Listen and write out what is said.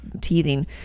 teething